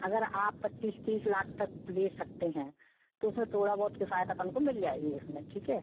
अगर आप पच्चीस तीस लाख तक ले सकते हैं तो उसमें थोड़ा बहुत किफ़ायत अपन को मिल जाएगी उसमें ठीक है